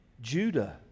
Judah